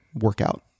workout